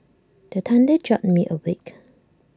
the thunder jolt me awake